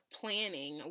planning